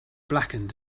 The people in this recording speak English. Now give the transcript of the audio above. blackened